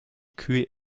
kühe